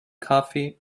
coffee